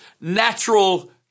natural